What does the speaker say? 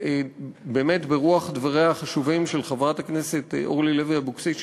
באמת ברוח דבריה החשובים של חברת הכנסת אורלי לוי אבקסיס,